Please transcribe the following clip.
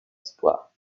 espoirs